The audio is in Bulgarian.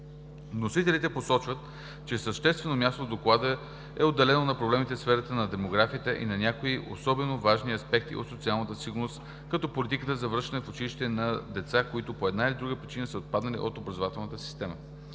Вносителите посочват, че съществено място в Доклада е отделено на проблемите в сферата на демографията и на някои особено важни аспекти от социалната сигурност, като политиката за връщане в училище на деца, които по една или друга причина са отпаднали от образователната система.